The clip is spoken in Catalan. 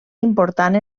important